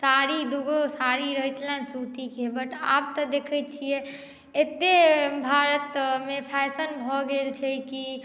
साड़ी दू गो साड़ी रहैत छलनि सूतीके बट आब तऽ देखैत छियै एतेक भारतमे फैशन भऽ गेल छै कि